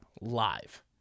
Live